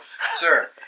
Sir